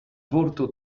vorto